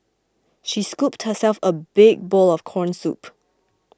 she scooped herself a big bowl of Corn Soup